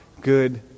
good